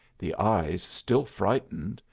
the eyes, still frightened,